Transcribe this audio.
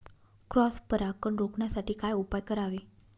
Cross परागकण रोखण्यासाठी काय उपाय करावे?